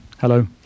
Hello